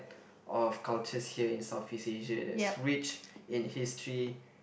of cultures here in Southeast Asia that's rich in history